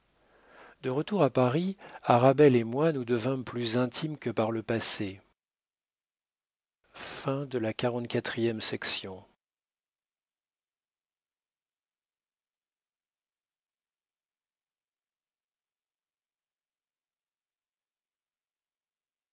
de retour à paris arabelle et moi nous devînmes plus intimes que par le passé